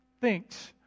thinks